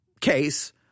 case